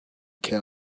care